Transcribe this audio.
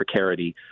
precarity